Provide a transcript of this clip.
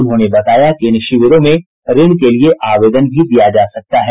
उन्होंने बताया कि इन शिविरों में ऋण के लिए आवेदन भी दिया जा सकता है